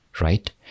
right